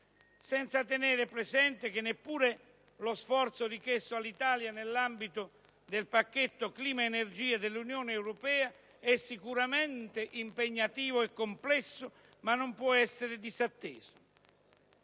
senza tenere presente che lo sforzo richiesto all'Italia nell'ambito del pacchetto clima-energia dell'Unione europea è sicuramente impegnativo e complesso, ma non può essere disatteso.